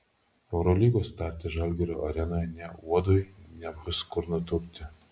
eurolygos starte žalgirio arenoje nė uodui nebus kur nutūpti